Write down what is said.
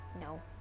no